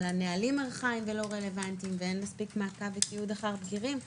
אבל הנהלים ארכאיים ולא רלוונטיים ואין מספיק מעקב ותיעוד אחר בגירים.